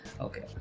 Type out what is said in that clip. Okay